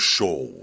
Show